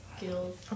guild